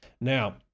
Now